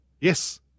Yes